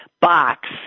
box